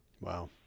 Wow